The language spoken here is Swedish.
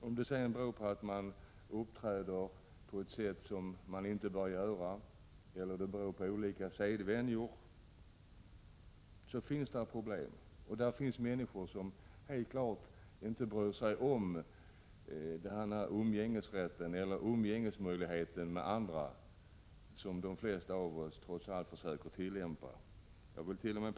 Oavsett om detta beror på att de uppträder på ett sätt som man inte bör göra eller på olika sedvänjor, finns problemen där. Det finns människor som helt klart inte bryr sig om de former för umgänge med andra som de flesta av oss trots allt försöker tillämpa. Jag villt.o.m.